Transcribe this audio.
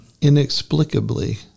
inexplicably